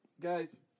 Guys